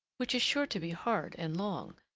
which is sure to be hard and long,